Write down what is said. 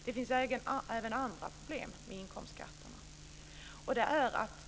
Det finns även andra problem med inkomstskatterna.